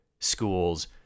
schools